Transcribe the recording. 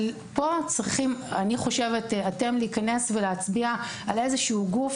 אני חושבת שאתם צריכים להיכנס פה ולהצביע על איזשהו גוף